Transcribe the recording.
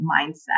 mindset